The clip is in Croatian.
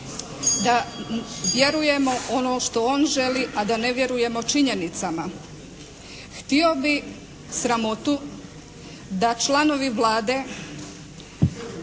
da vjerujemo ono što on želi a da ne vjerujemo činjenicama. Htio bi sramotu da članovi Vlade